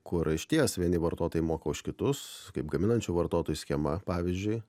kur išties vieni vartotojai moka už kitus kaip gaminančių vartotojų schema pavyzdžiui